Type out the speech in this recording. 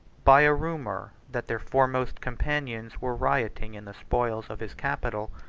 by a rumor that their foremost companions were rioting in the spoils of his capital,